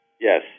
Yes